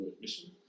mission